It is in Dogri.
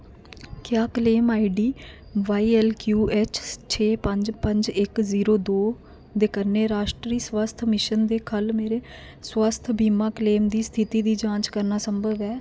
क्या claim I D Y L Q H छेऽ पंज पंज इक जीरो दो दे कन्नै राश्ट्री स्वास्थ मिशन दे ख'ल्ल मेरे स्वास्थ बीमा क्लेम दी स्थिति दी जांच करना संभव ऐ